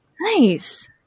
nice